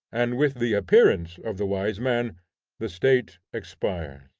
and with the appearance of the wise man the state expires.